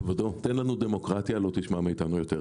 כבודו, תן לנו דמוקרטיה, יותר לא תשמע מאיתנו.